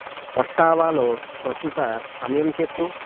ఒట్టావాలో ప్రస్తుత సమయం చెప్పు